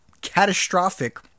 catastrophic